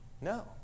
No